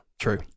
true